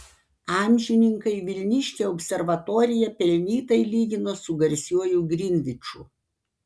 amžininkai vilniškę observatoriją pelnytai lygino su garsiuoju grinviču